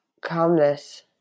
calmness